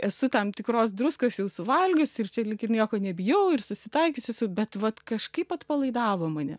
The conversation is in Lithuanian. esu tam tikros druskos jau suvalgius ir čia lyg ir nieko nebijau ir susitaikiusi su bet vat kažkaip atpalaidavo mane